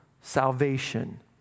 salvation